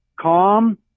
calm